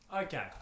Okay